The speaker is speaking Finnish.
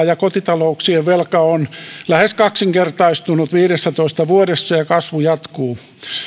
ja kotita louksien velka on lähes kaksinkertaistunut viidessätoista vuodessa ja kasvu jatkuu